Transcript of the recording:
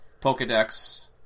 Pokedex